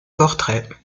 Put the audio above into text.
portraits